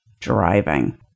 driving